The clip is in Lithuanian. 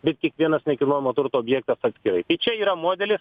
bet kiekvienas nekilnojamo turto objekto atskirai tai čia yra modelis